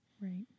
Right